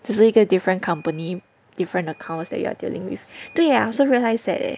只是一个 different company different accounts that you are dealing with 对 ya I also realise eh